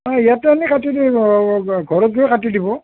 অঁ ইয়াতে আমি কাটি দিম ঘৰত গৈ কাটি দিব